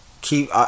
Keep